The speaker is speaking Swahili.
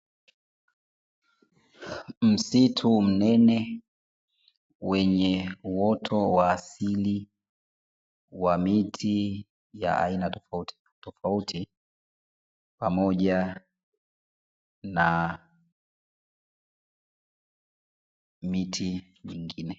Msitu mnene wenye uoto wa asili wa miti ya aina tofautitofauti pamoja na miti mingine.